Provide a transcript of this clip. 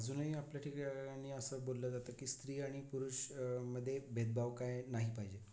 अजूनही आपल्या ठिकाणी असं बोललं जातं की स्त्री आणि पुरुष मध्ये भेदभाव काही नाही पाहिजे